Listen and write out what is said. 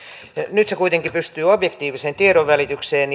nyt se kuitenkin pystyy objektiiviseen tiedonvälitykseen